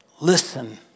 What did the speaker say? Listen